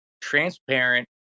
transparent